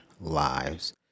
lives